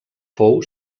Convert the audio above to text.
fou